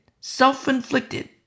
Self-inflicted